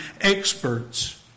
experts